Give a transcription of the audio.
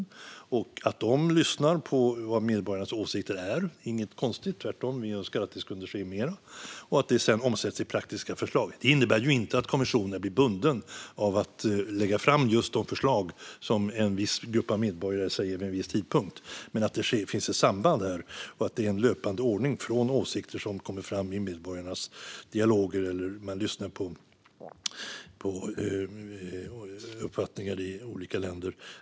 Det är inget konstigt att den lyssnar på vad medborgarnas åsikter är. Tvärtom önskar vi att det kunde ske mer. Det ska sedan omsättas i praktiska förslag. Det innebär inte att kommissionen blir bunden av att lägga fram just de förslag som en viss grupp av medborgare har vid en viss tidpunkt. Men det finns ett samband här, och det är en löpande ordning från åsikter som kommer fram i medborgarnas dialoger eller när man lyssnar på uppfattningar i olika länder.